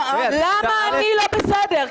למה אני לא בסדר?